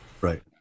Right